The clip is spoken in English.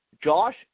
Josh